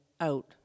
out